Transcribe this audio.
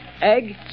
egg